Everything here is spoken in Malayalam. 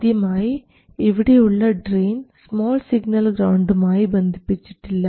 ആദ്യമായി ഇവിടെയുള്ള ഡ്രയിൻ സ്മാൾ സിഗ്നൽ ഗ്രൌണ്ടുമായി ബന്ധിപ്പിച്ചിട്ടില്ല